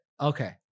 Okay